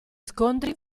scontri